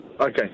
okay